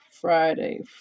Friday